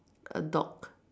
a dog